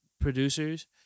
producers